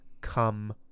come